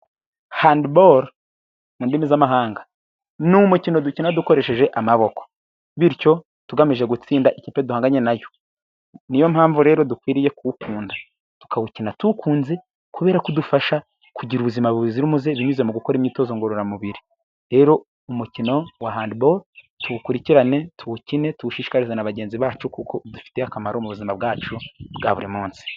Handiboro mu ndimi z'amahanga ni umukino dukina dukoresheje amaboko. Bityo tugamije gutsinda ikipe duhanganye nayo. Niyo mpamvu rero dukwiriye kuwukunda tukawukina tuwukunze, kubera kudufasha kugira ubuzima buzira umuze binyuze mu gukora imyitozo ngororamubiri. Rero umukino wa handiboro tuwukurikirane, tuwukine, tuwushikariza na bagenzi bacu kuko udufitiye akamaro mu buzima bwacu bwa buri munsi.